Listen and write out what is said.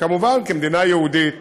כמובן, כמדינה יהודית